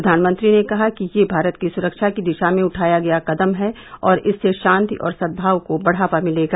प्रधानमंत्री ने कहा कि यह भारत की सुरक्षा की दिशा में उठाया गया कदम है और इससे शांति और सदभाव को बढ़ावा मिलेगा